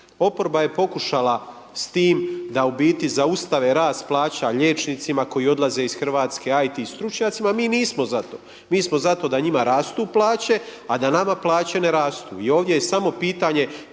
Oporba je pokušala s tim da u biti zaustave rast plaća liječnicima koji odlaze iz Hrvatske, IT stručnjacima, mi nismo za to. Mi smo za to da njima rastu plaće, a da nama plaće ne rastu i ovdje je samo pitanje